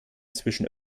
zwischen